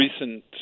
recent